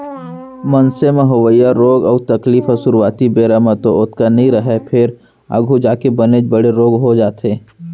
मनसे म होवइया रोग अउ तकलीफ ह सुरूवाती बेरा म तो ओतका नइ रहय फेर आघू जाके बनेच बड़े रोग हो जाथे